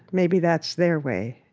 maybe that's their way.